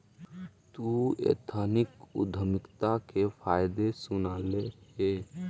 तु एथनिक उद्यमिता के फायदे सुनले हे?